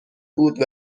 بود